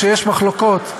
כשיש מחלוקות,